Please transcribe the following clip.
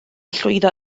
llwyddo